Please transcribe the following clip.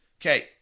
Okay